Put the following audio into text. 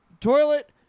toilet